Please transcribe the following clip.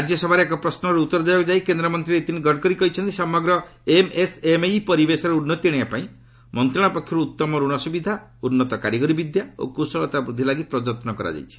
ରାଜ୍ୟସଭାରେ ଏକ ପ୍ରଶ୍ୱର ଉତ୍ତର ଦେବାକୁ ଯାଇ କେନ୍ଦ୍ରମନ୍ତ୍ରୀ ନୀତିନ ଗଡ଼କରି କହିଛନ୍ତି ସମଗ୍ର ଏମ୍ଏସ୍ଏମ୍ଇ ପରିବେଶରେ ଉନ୍ନତି ଆଣିବା ପାଇଁ ମନ୍ତ୍ରଣାଳୟ ପକ୍ଷରୁ ଉତ୍ତମ ଋଣ ସୁବିଧା ଉନ୍ନତ କାରିଗରି ବିଦ୍ୟା ଓ କୁଶଳତା ବୃଦ୍ଧି ଲାଗି ପ୍ରଯତ୍ନ କରାଯାଇଛି